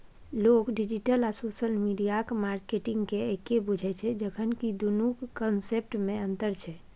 लोक डिजिटल आ social media मार्केटिंगकेँ एक्के बुझय छै जखन कि दुनुक कंसेप्टमे अंतर छै